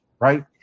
right